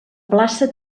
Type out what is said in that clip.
plaça